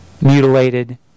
mutilated